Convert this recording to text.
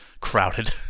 crowded